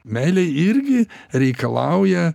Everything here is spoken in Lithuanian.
meilė irgi reikalauja